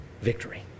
victory